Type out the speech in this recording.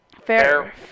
Fair